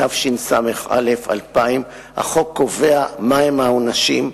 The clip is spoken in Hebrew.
התשס"א 2000. החוק קובע מה העונשים,